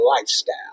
lifestyle